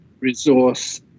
resource